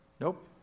nope